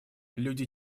люди